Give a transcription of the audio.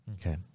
Okay